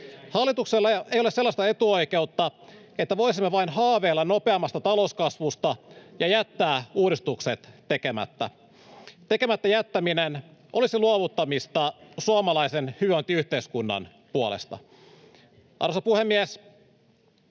Hallituksella ei ole sellaista etuoikeutta, että voisimme vain haaveilla nopeammasta talouskasvusta ja jättää uudistukset tekemättä. Tekemättä jättäminen olisi luovuttamista suomalaisen hyvinvointiyhteiskunnan puolesta. Arvoisa puhemies!